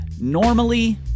Normally